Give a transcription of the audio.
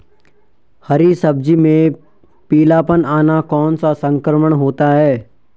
हरी सब्जी में पीलापन आना कौन सा संक्रमण होता है?